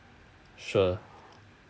sure